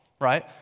right